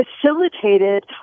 facilitated